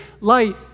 light